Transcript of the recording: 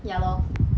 ya lor